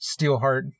Steelheart